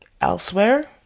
elsewhere